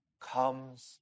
comes